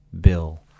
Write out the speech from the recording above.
bill